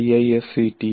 iisctagmail